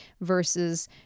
versus